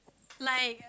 like